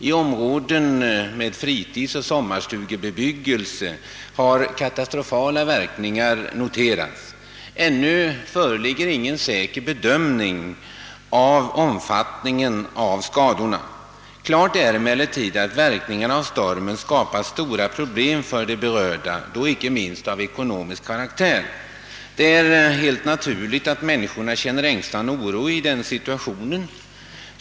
I områden med fritidsoch sommarstugebebyggelse har katastrofala verkningar noterats. Ännu föreligger ingen säker bedömning av omfattningen av skadorna. Klart är emellertid att verkningarna av stormen skapat stora problem, icke minst av ekonomisk karaktär, för de berörda. Det är helt naturligt att människorna känner ängslan och oro i denna situation.